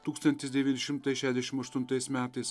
tūkstantis devyni šimtai šešdešim aštuntais metais